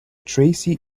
tracey